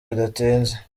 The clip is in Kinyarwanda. bidatinze